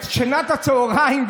את שנת הצוהריים,